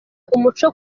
umuco